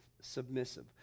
Submissive